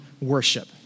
worship